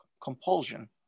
compulsion